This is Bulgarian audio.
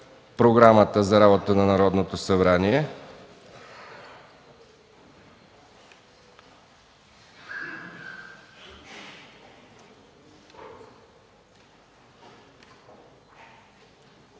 Програмата за работата на Народното събрание